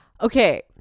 Okay